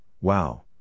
wow